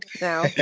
now